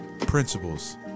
principles